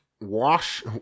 Wash